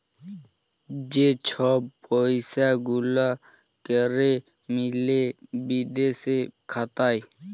যে ছব পইসা গুলা ক্যরে মিলে বিদেশে খাতায়